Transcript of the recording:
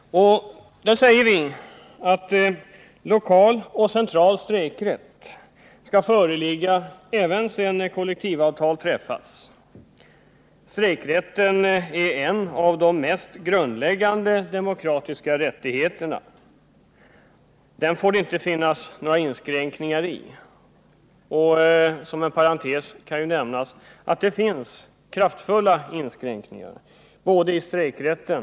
I motionen säger vi att lokal och central strejkrätt skall föreligga även sedan kollektivavtal träffats. Strejkrätten är en av de mest grundläggande demokratiska rättigheterna. Den får det inte finnas några inskränkningar i. Inom parentes kan jag nämna att det finns kraftiga inskränkningar i strejkrätten.